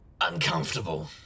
uncomfortable